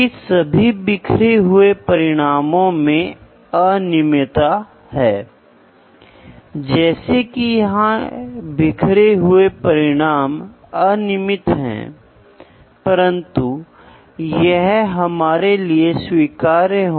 इसलिए इसी वजह से हम मैकेनिकल इंजीनियरिंग और मैकेनिकल मेजरमेंट के बारे में बात कर रहे हैं